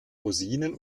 rosinen